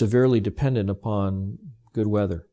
severely dependent upon good weather